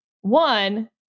One